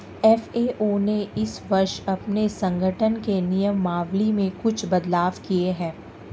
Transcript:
FAO ने इस वर्ष अपने संगठन के नियमावली में कुछ बदलाव किए हैं